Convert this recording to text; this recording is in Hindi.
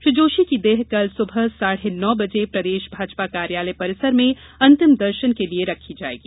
श्री जोशी की देह कल सुबह साढ़े नौ बजे प्रदेश भाजपा कार्यालय परिसर में अंतिम दर्शन के लिये रखी जायेगी